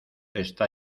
está